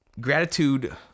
Gratitude